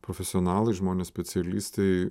profesionalai žmonės specialistai